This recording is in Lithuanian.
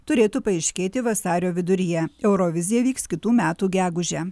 turėtų paaiškėti vasario viduryje eurovizija vyks kitų metų gegužę